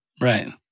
Right